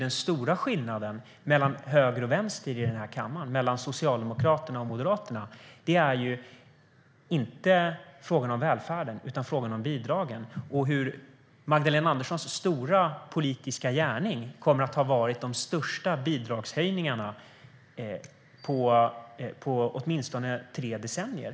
Den stora skillnaden mellan höger och vänster i kammaren, mellan Socialdemokraterna och Moderaterna, är inte frågan om välfärden utan frågan om bidragen. Magdalena Anderssons stora politiska gärning kommer att ha varit de största bidragshöjningarna på åtminstone tre decennier.